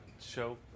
show